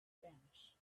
spanish